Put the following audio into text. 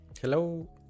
Hello